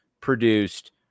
produced